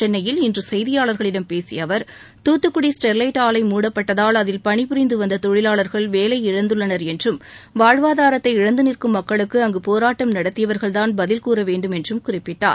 சென்னையில் இன்று செய்தியாளர்களிடம் பேசிய அவர் தூத்துக்குடி ஸ்டெர்லைட் ஆலை மூடப்பட்டதால் அதில் பணிபுரிந்துவந்த தொழிலாளர்கள் வேலை இழந்துள்ளனர் என்றும் வாழ்வாதாரத்தை இழந்து நிற்கும் மக்களுக்கு அங்கு போராட்டம் நடத்தியவர்கள்தான் பதில் கூற வேண்டும் என்றும் குறிப்பிட்டார்